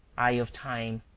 eye of time,